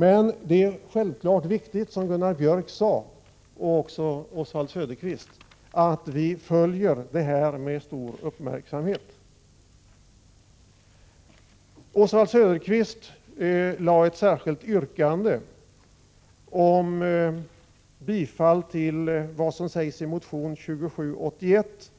Men det är självfallet viktigt — som Gunnar Björk och även Oswald Söderqvist sade — att vi följer det här med stor uppmärksamhet. Oswald Söderqvist framställde ett särskilt yrkande om bifall till vad som sägs i motion 2781